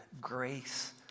grace